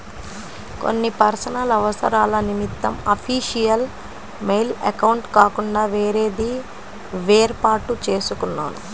కొన్ని పర్సనల్ అవసరాల నిమిత్తం అఫీషియల్ మెయిల్ అకౌంట్ కాకుండా వేరేది వేర్పాటు చేసుకున్నాను